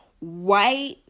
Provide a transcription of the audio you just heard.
White